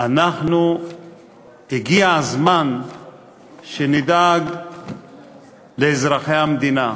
הגיע הזמן שנדאג לאזרחי המדינה,